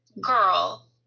girl